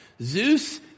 Zeus